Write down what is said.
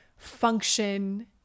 function